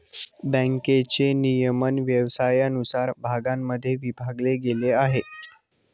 बँकेचे नियमन व्यवसायानुसार भागांमध्ये विभागले गेले आहे